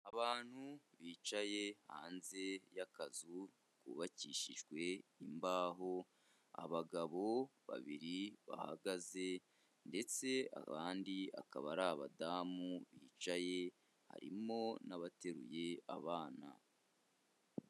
Abantu bicaye hanze y'akazu kubakishijwe imbaho, abagabo babiri bahagaze ndetse abandi akaba ari abadamu bicaye, harimo n' abateruye abana.